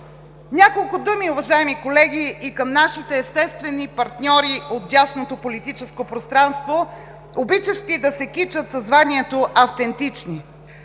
Няколко думи, уважаеми колеги, и към нашите естествени партньори от дясното политическо пространство, обичащи да се кичат със званието „автентични“.